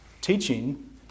Teaching